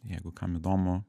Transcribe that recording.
jeigu kam įdomu